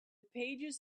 pages